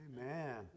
Amen